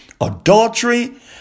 adultery